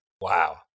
Wow